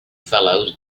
fellows